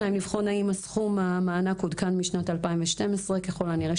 לבחון האם סכום המענק עודכן משנת 2012. ככול הנראה,